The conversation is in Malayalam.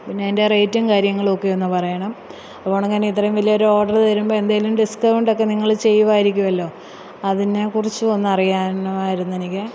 പിന്നെ അതിൻ്റെ റേറ്റും കാര്യങ്ങളുമൊക്കെ ഒന്ന് പറയണം ഇത്രയും വലിയൊരു ഓർഡര് തരുമ്പോള് എന്തേലും ഡിസ്കൗണ്ടൊക്കെ നിങ്ങള് ചെയ്യുമായിരിക്കുമല്ലോ അതിനെക്കുറിച്ചും ഒന്ന് അറിയണമായിരുന്നു എനിക്ക്